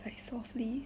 I softly